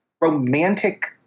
romantic